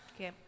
Okay